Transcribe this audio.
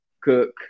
cook